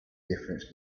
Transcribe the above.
difference